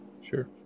Sure